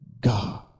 God